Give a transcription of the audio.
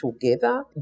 together